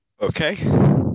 Okay